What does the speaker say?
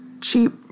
cheap